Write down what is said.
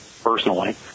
personally